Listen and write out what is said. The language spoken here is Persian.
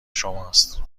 شماست